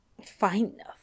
Fine